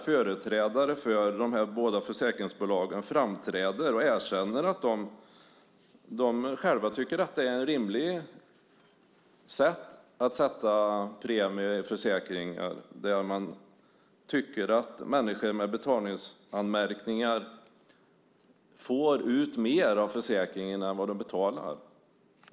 Företrädare för båda dessa försäkringsbolag framträder och erkänner att de själva tycker att det är rimligt att sätta premier i försäkringar på detta sätt. Man tycker att människor med betalningsanmärkningar får ut mer av försäkringen än de betalar.